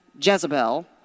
Jezebel